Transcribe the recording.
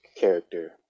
character